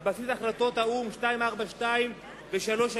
על בסיס החלטות האו"ם 242 ו-338,